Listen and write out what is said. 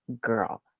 girl